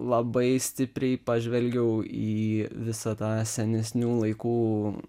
labai stipriai pažvelgiau į visą tą senesnių laikų